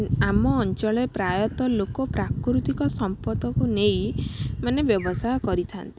ଆମ ଅଞ୍ଚଳରେ ପ୍ରାୟତଃ ଲୋକ ପ୍ରାକୃତିକ ସମ୍ପଦକୁ ନେଇ ମାନେ ବ୍ୟବସାୟ କରିଥାନ୍ତି